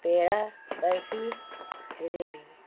پیڑا barfi jalebi